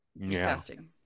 Disgusting